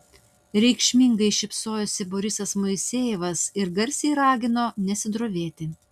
reikšmingai šypsojosi borisas moisejevas ir garsiai ragino nesidrovėti